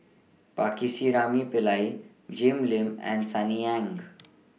Pillai Jim Lim and Sunny Ang